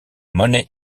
money